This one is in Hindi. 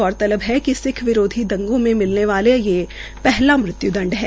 गौरतलब है कि सिक्ख विरोधी दंगों में मिलने वाला ये पहला मृत्य्दंड है